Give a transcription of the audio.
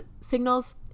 signals